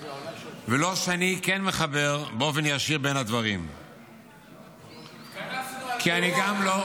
ולא שאני כן מחבר באופן ישיר בין הדברים -- התכנסנו על מירון.